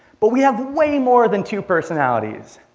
but we have way more than two personalities.